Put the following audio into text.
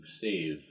save